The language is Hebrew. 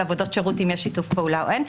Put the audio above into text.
עבודות שירות אם יש שיתוף פעולה או אין.